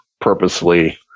purposely